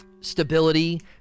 stability